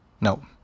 No